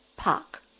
Park